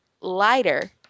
lighter